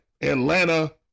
Atlanta